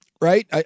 right